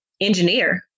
engineer